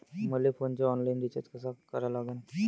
मले फोनचा online recharge कसा करा लागन?